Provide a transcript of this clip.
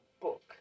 book